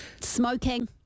Smoking